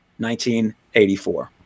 1984